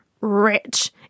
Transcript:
rich